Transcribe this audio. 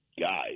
guy